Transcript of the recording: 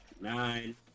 nine